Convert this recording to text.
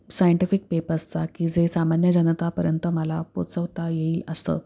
scientific पेपसचा की जे सामान्य जनतापर्यंत मला पोचवता येईल असं